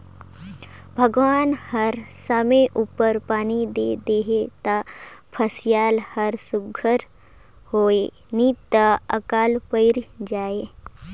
भगवान हर समे उपर पानी दे देहे ता फसिल हर सुग्घर होए नी तो अकाल पइर जाए